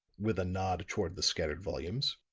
with a nod toward the scattered volumes,